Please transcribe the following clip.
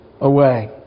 away